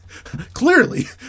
clearly